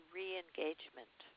re-engagement